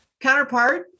counterpart